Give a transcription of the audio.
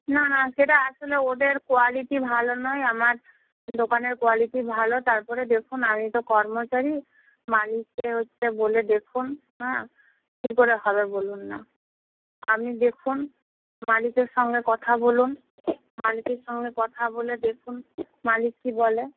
না না সেটা আসলে ওদের কোয়ালিটি ভালো নয় আমার দোকানের কোয়ালিটি ভালো তারপরে দেখুন আমি তো কর্মচারী মালিককে হচ্ছে বলে দেখুন হ্যাঁ কী করে হবে বলুন না আপনি দেখুন মালিকের সঙ্গে কথা বলুন মালিকের সঙ্গে কথা বলে দেখুন মালিক কী বলে